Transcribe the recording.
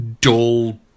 dull